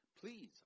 please